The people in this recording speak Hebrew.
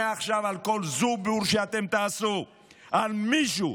מעכשיו על כל זובור שאתם תעשו על מישהו,